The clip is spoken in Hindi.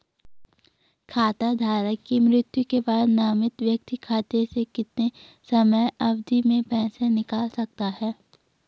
खाता धारक की मृत्यु के बाद नामित व्यक्ति खाते से कितने समयावधि में पैसे निकाल सकता है?